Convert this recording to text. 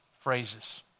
phrases